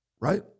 Right